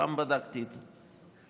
פעם בדקתי את זה.